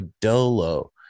Dolo